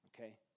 Okay